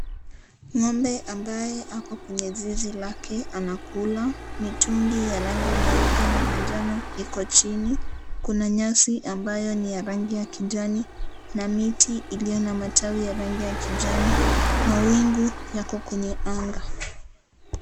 Ng'ombe amabye ako kwenye zizi lake anakula. Mitungi ya rangi nyeupe na manjano iko chini. Kuna nyasi ambayo ni ya rangi ya kijani na miti iliyo na matawi ya rangi ya kijani. Mawingu yako kwenye anga.